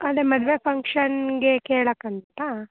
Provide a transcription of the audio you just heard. ಅದೇ ಮದುವೆ ಫಂಕ್ಷನ್ಗೆ ಕೇಳೋಕ್ಕಂತ